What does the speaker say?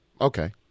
Okay